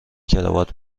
کراوات